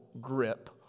grip